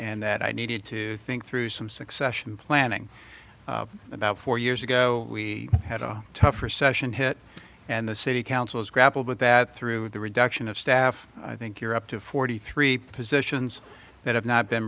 and that i needed to think through some succession planning about four years ago we had a tough recession hit and the city councils grappled with that through the reduction of staff i think you're up to forty three positions that have not been